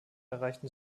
erreichten